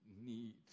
need